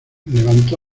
levantó